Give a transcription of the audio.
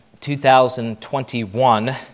2021